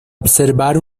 observar